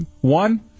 One